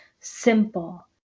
simple